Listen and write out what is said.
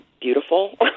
beautiful